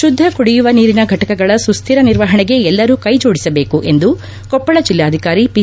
ಶುದ್ದ ಕುಡಿಯುವ ನೀರಿನ ಘಟಕಗಳ ಸುಸ್ವಿರ ನಿರ್ವಹಣಿಗೆ ಎಲ್ಲರೂ ಕೈ ಜೋಡಿಸಬೇಕು ಎಂದು ಕೊಪ್ಪಳ ಜಲ್ಲಾಧಿಕಾರಿ ಪಿ